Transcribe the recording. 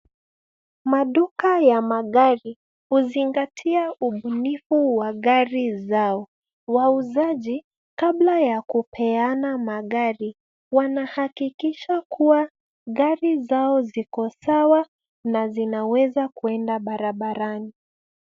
Maduka ya gari huzingatia ubunifu wa gari zao. Wauzaji, kabla ya kupeana magari wanahakikisha kuwa gari zao ziko sawa na zinaweza kuenda barabarani.